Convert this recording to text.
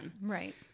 Right